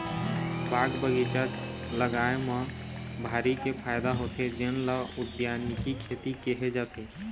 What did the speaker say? बाग बगीचा लगाए म भारी के फायदा होथे जेन ल उद्यानिकी खेती केहे जाथे